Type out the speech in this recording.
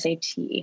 SAT